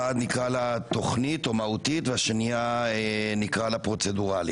אחת תוכנית, מהותית; השנייה פרוצדורלית.